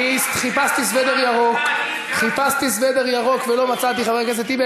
אני חיפשתי סוודר ירוק ולא מצאתי, חבר הכנסת טיבי.